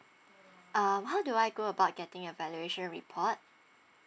um how do I go about getting a valuation report